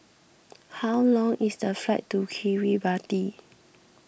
how long is the flight to Kiribati